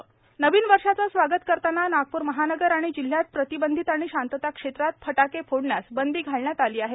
फटाके फोडण्यास बंदी नवीन वर्षाचे स्वागत करताना नागपूर महानगर आणि जिल्ह्यात प्रतिबंधित आणि शांतता क्षेत्रात फटाके फोडण्यास बंदी घालण्यात आली आहे